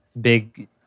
big